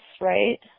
right